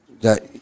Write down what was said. that-